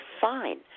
fine